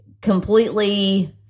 completely